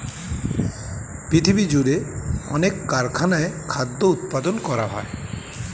পৃথিবীজুড়ে অনেক কারখানায় খাদ্য উৎপাদন করা হয়